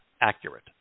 accurate